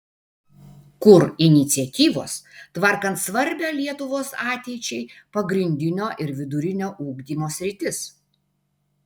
kur iniciatyvos tvarkant svarbią lietuvos ateičiai pagrindinio ir vidurinio ugdymo sritis